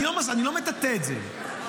אני לא מטאטא את זה,